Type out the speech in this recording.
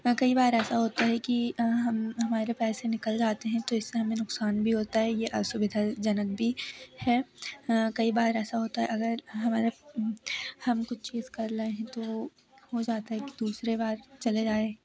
कई बार ऐसा होता है कि हम हमारे पैसे निकल जाते हैं तो इससे हमें नुक़सान भी होता है येहअसुविधाजनक भी है कई बार ऐसा होता है अगर हमारा हम कुछ चीज़ कर रहे हैं तो हो जाता है कि दूसरी बार चले जाएं